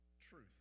Truth